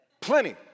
Plenty